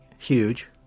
Huge